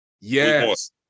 Yes